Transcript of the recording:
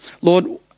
Lord